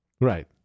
Right